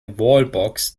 wallbox